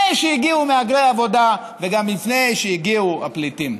שהגיעו מהגרי העבודה וגם לפני שהגיעו הפליטים.